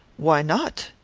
why not?